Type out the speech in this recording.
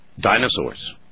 dinosaurs